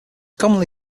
commonly